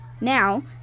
now